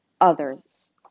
others